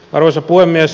arvoisa puhemies